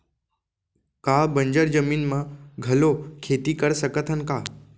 का बंजर जमीन म घलो खेती कर सकथन का?